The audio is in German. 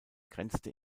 grenzte